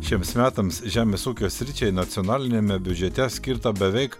šiems metams žemės ūkio sričiai nacionaliniame biudžete skirta beveik